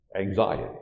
anxiety